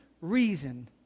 reason